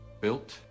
built